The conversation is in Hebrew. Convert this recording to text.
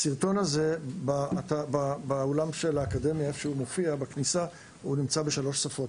הסרטון הזה מופיע בכניסה לאקדמיה והוא בשלוש שפות.